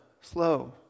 slow